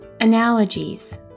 analogies